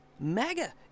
mega